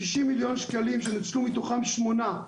ששים מליון שקלים שנוצלו מתוכם שמונה,